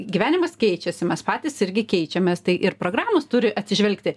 gyvenimas keičiasi mes patys irgi keičiamės tai ir programos turi atsižvelgti